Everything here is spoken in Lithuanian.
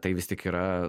tai vis tik yra